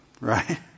Right